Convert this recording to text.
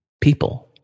people